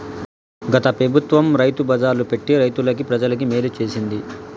గత పెబుత్వం రైతు బజార్లు పెట్టి రైతులకి, ప్రజలకి మేలు చేసింది